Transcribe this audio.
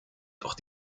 doch